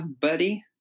buddy